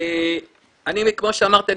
כמו שאמרתי,